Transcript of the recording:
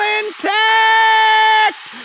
intact